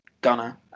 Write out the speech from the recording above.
Gunner